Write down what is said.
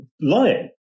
lying